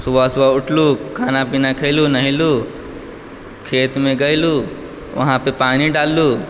सुबह सुबह उठलु खाना पीना खयलु नहयलु खेतमे गयलु वहाँपे पानी डाललु